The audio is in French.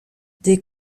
des